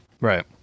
Right